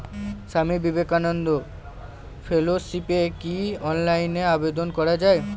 স্বামী বিবেকানন্দ ফেলোশিপে কি অনলাইনে আবেদন করা য়ায়?